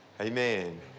Amen